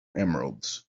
emeralds